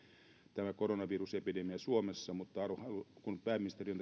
tämä koronavirusepidemia laajenee suomessa kun pääministeri on